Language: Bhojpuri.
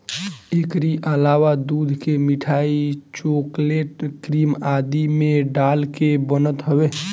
एकरी अलावा दूध के मिठाई, चोकलेट, क्रीम आदि में डाल के बनत हवे